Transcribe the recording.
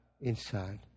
inside